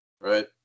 right